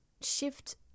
shift